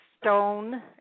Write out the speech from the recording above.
Stone